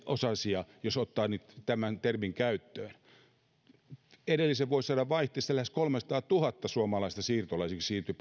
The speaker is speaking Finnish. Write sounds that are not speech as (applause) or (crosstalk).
osasia jos ottaa nyt tämän termin käyttöön edellisen vuosisadan vaihteessa lähes kolmesataatuhatta suomalaista siirtyi (unintelligible)